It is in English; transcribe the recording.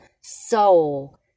soul